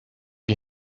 you